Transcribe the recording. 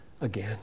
again